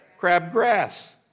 crabgrass